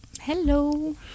Hello